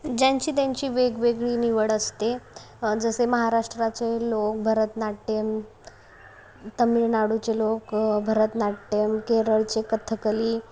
ज्यांची त्यांची वेगवेगळी निवड असते जसे महाराष्ट्राचे लोक भरतनाट्यम तमिळनाडूचे लोक भरतनाट्यम केरळचे कत्थकली